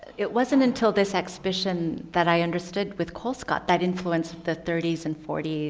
it wasn't until this exhibition that i understood with colescott that influenced the thirty s and forty